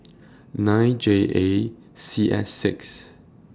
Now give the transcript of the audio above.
nine J A C S six